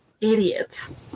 idiots